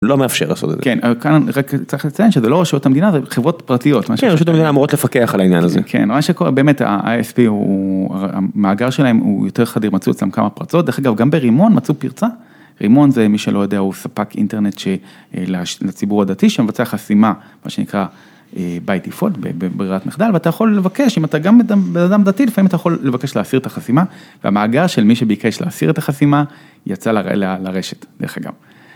לא מאפשר לעשות את זה. כן, רק צריך לציין שזה לא ראשות המדינה, זה חברות פרטיות. כן, ראשות המדינה אמורות לפקח על העניין הזה. כן, באמת האי אס פי, הוא... המאגר שלהם הוא יותר חדיר, מצאו אותם כמה פרצות, דרך אגב, גם ברימון מצאו פרצה, רימון זה מי שלא יודע, הוא ספק אינטרנט שלציבור הדתי, שמבצע חסימה, מה שנקרא by default, בברירת מחדל, ואתה יכול לבקש, אם אתה גם בן אדם דתי, לפעמים אתה יכול לבקש להסיר את החסימה, והמאגר של מי שביקש להסיר את החסימה יצא לרשת, דרך אגב.